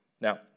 Now